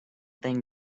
thing